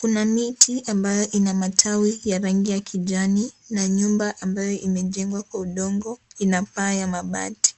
Kuna miti ambayo ina matawi ya rangi ya kijani na nyumba ambayo imejengwa kwa udongo ina paa ya mabati.